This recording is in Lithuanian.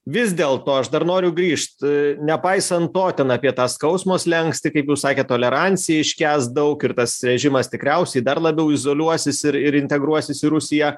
vis dėl to aš dar noriu grįžt nepaisant to ten apie tą skausmo slenkstį kaip jūs sakėt tolerancija iškęst daug ir tas režimas tikriausiai dar labiau izoliuosis ir ir integruosis į rusiją